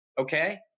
okay